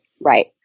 right